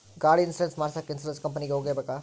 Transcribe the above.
ಗಾಡಿ ಇನ್ಸುರೆನ್ಸ್ ಮಾಡಸಾಕ ಇನ್ಸುರೆನ್ಸ್ ಕಂಪನಿಗೆ ಹೋಗಬೇಕಾ?